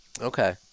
Okay